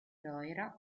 loira